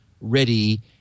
ready